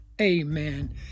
Amen